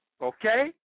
Okay